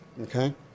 okay